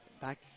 back